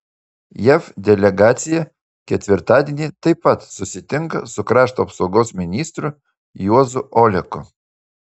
jav delegacija ketvirtadienį taip pat susitinka su krašto apsaugos ministru juozu oleku